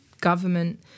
government